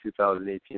2018